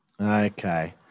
Okay